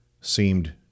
seemed